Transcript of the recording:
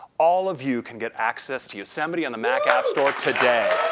all of you can get access to yosemite on the mac app store today.